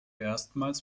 erstmals